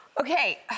Okay